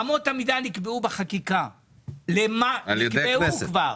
אמות המידה נקבעו בחקיקה, נקבעו כבר.